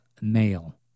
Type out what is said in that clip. male